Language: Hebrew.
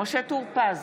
משה טור פז,